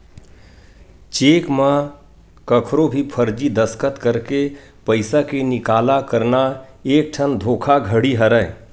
cheque म कखरो भी फरजी दस्कत करके पइसा के निकाला करना एकठन धोखाघड़ी हरय